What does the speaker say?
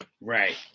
right